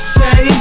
say